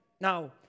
Now